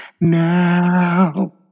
now